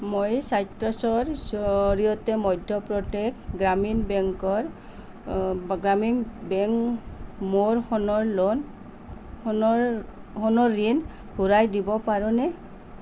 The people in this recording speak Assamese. মই চাইট্ৰাছৰ জৰিয়তে মধ্যপ্ৰদেশ গ্ৰামীণ বেংকৰ গ্ৰামীণ বেংক মোৰ সোণৰ লোন সোণৰ সোণৰ ঋণ ঘূৰাই দিব পাৰোনে